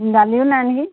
দালিও নাই নেকি